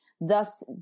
thus